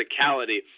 physicality